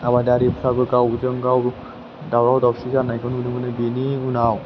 आबादारिफोराबो गावजों गाव दावराव दावसि जानायखौ नुनो मोनो बेनि उनाव